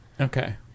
okay